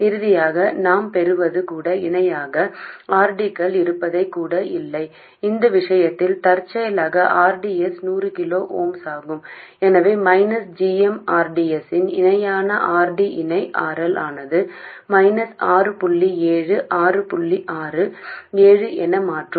இறுதியாக நாம் பெறுவது கூட இணையாக r d கள் இருப்பதைக் கூட இல்லை இந்த விஷயத்தில் தற்செயலாக r d s 100 kilo ohms ஆகும் எனவே minus g m r d s இணையான R D இணை RL ஆனது மைனஸ் ஆறு புள்ளி ஏழு ஆறு புள்ளி ஆறு ஏழு என மாறும்